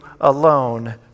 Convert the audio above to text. alone